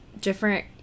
different